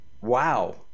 Wow